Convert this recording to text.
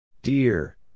Dear